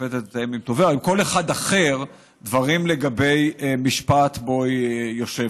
שופטת תתאם עם תובע או עם כל אחד אחר דברים לגבי משפט שבו היא יושבת.